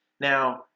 Now